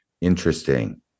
Interesting